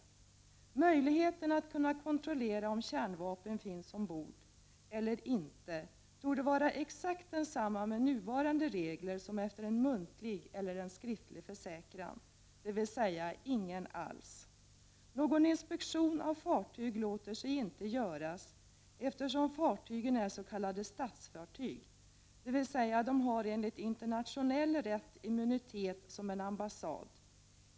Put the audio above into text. Möjligheten att kunna kontrollera om kärnvapen finns ombord eller inte torde vara exakt densamma med nuva = Prot. 1989/90:35 rande regler som efter en muntlig eller en skriftlig försäkran, dvs. ingen alls. 29 november 1989 Någon inspektion av fartygen låter sig inte göras eftersom fartygen ärsk, 7 - statsfartyg, dvs. de har enligt internationell rätt samma immunitet som en ambassad.